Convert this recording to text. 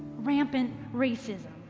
rampant racism,